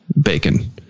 bacon